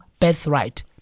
birthright